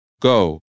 Go